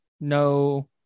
No